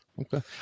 okay